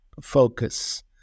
focus